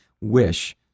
wish